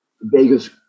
Vegas